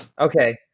Okay